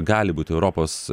gali būti europos